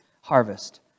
harvest